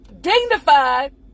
dignified